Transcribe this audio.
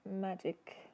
magic